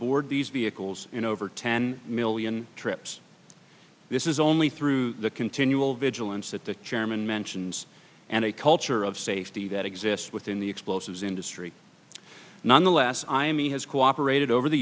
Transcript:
board the vehicles in over ten million trips this is only through the continual vigilance that the chairman mentions and a culture of safety that exists within the explosives industry nonetheless i mean has cooperated over the